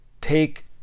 take